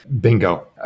Bingo